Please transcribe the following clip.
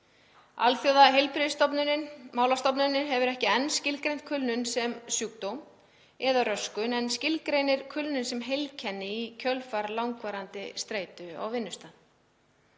Alþjóðaheilbrigðismálastofnunin hefur ekki enn skilgreint kulnun sem sjúkdóm eða röskun en skilgreinir hana sem heilkenni í kjölfar langvarandi streitu á vinnustað.